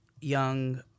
young